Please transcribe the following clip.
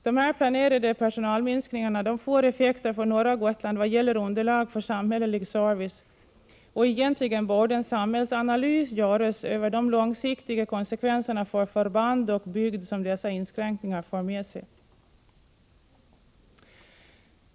Dessa planerade personalminskningar får effekter för norra Gotland i vad gäller underlag för sammhällelig service. Egentligen borde en samhällsanalys göras när det gäller de långsiktiga konsekvenserna för förband och bygd som dessa inskränkningar för med sig.